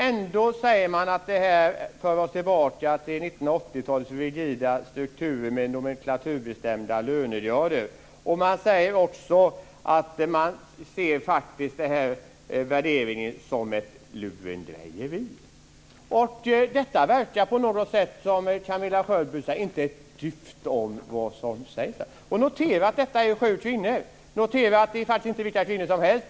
Ändå säger dessa kvinnor att det här för oss tillbaka till 1980-talets rigida strukturer med nomenklaturbestämda lönegrader. De säger också att de faktiskt ser den här värderingen som ett lurendrejeri. Det verkar som om Camilla Sköld Jansson inte tycker om vad de säger. Notera att dessa sju kvinnor inte är vilka kvinnor som helst!